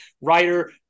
writer